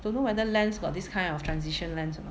don't know whether lens got this kind of Transition lens or not